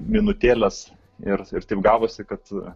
minutėles ir ir taip gavosi kad